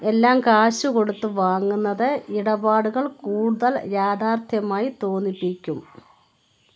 എല്ലാം കാശുകൊടുത്ത് വാങ്ങുന്നത് ഇടപാടുകൾ കൂടുതൽ യാഥാർത്ഥ്യമായി തോന്നിപ്പിക്കും